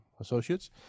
associates